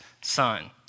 son